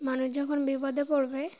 মানুষ যখন বিপদে পড়বে